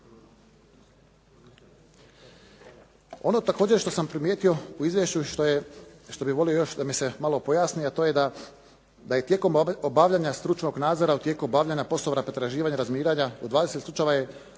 Ono također što sam primijetio u izvješću i što bih volio još da mi se malo pojasni a to je da je tijekom obavljanja stručnog nadzora u tijeku obavljanja poslova pretraživanja, razminiranja u 20 slučajeva je